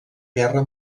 guerra